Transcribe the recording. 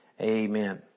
Amen